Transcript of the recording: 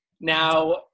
Now